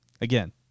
Again